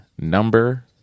number